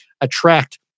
attract